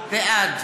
בעד